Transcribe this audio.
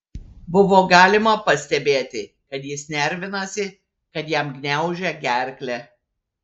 buvo galima pastebėti kad jis nervinasi kad jam gniaužia gerklę